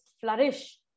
flourish